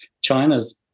China's